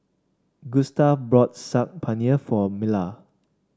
Gustave bought Saag Paneer for Mila